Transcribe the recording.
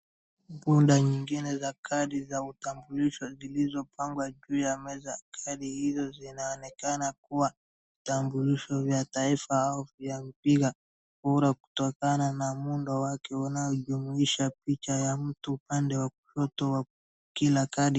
Bunda nyingine za kadi za utambulisho zilizopangwa juu ya meza. Kadi hizo zinaonekana kuwa vitambulisho vya taifa au vya mpiga kura kutokana na muundo wake unaojumuisha picha ya mtu upande wa kushoto wa kila kadi.